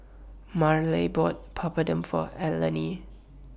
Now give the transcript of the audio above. Mareli bought Papadum For Elaine